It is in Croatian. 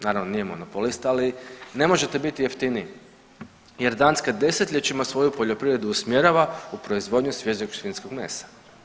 Naravno nije monopolist ali ne možete biti jeftiniji jer Danska desetljećima svoju poljoprivredu usmjerava u proizvodnju svježeg svinjskog mesa.